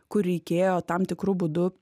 kur reikėjo tam tikru būdu